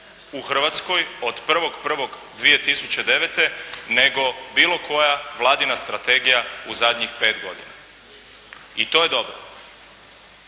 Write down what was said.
u Hrvatskoj od 1.1.2009. nego bilo koja vladina strategija u zadnjih pet godina, i to je dobro.